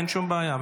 אין שום בעיה.